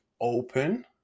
open